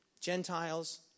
Gentiles